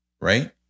Right